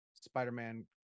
spider-man